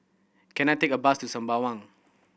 can I take a bus to Sembawang